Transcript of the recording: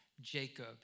Jacob